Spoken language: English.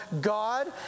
God